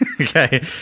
Okay